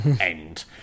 End